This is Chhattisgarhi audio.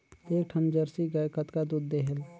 एक ठन जरसी गाय कतका दूध देहेल?